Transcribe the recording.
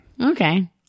Okay